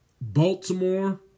Baltimore